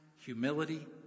humility